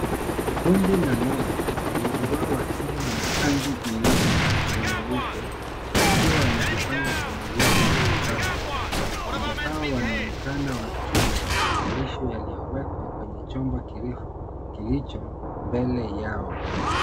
Kundi la ng'ombe, wengi wao wakiwa na rangi nyeusi na nyeupe wakiwa wamejipanga kwenye zizi la kisasa. Ng'ombe hawa wanaonekana wakila malisho yaliyowekwa kwenye chombo kilicho mbele yao.